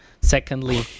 secondly